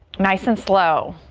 nice and slow.